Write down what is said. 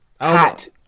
hot